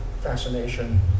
fascination